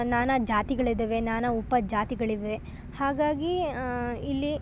ನಾನಾ ಜಾತಿಗಳಿದ್ದಾವೆ ನಾನಾ ಉಪ ಜಾತಿಗಳಿವೆ ಹಾಗಾಗಿ ಇಲ್ಲಿ